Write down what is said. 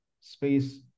space